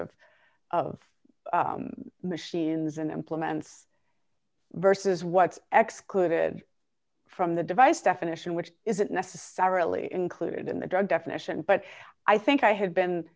of machines and implements versus what x could from the device definition which isn't necessarily included in the drug definition but i think i have been